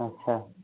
अच्छा